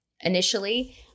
initially